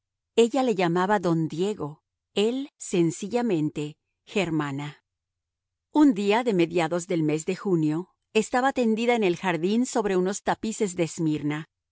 ella le llamaba don diego él sencillamente germana un día de mediados del mes de junio estaba tendida en el jardín sobre unos tapices de esmirna